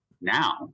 now